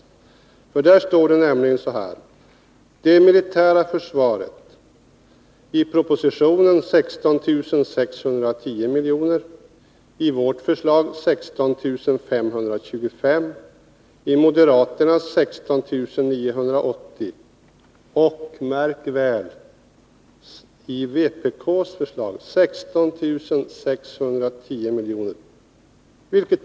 Det står nämligen i betänkandet att kostnaderna för det militära försvaret föreslås uppgå till följande belopp: i propositionen 16 610 milj.kr., i vårt förslag 16 525 milj.kr., i moderaternas förslag 16 980 milj.kr. och, märk väl, i vpk:s förslag 16 610 milj.kr.